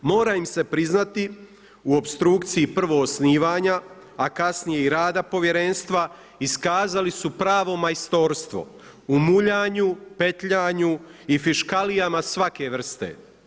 Mora im se priznati u opstrukciji, prvo osnivanja, a kasnije i rada povjerenstva, iskazali su pravo majstorstvo u muljanju, petljanju i fiškalijama svake vrste.